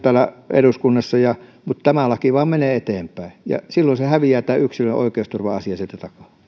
eduskunnassa mutta tämä laki vain menee eteenpäin ja silloin häviää tämä yksilön oikeusturva asia